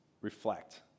reflect